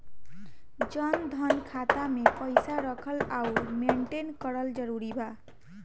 जनधन खाता मे पईसा रखल आउर मेंटेन करल जरूरी बा?